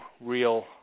real